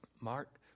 Mark